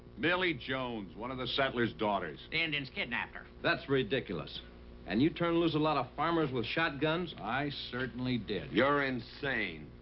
millie jones. one of the settler's daughters. the indians kidnapped her. that's ridiculous and you turned loose a lot of farmers with shotguns? i certainly did. you're insane.